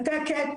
מתנתקת,